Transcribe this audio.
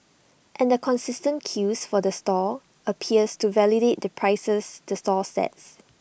and the consistent queues for the stall appears to validate the prices the stall sets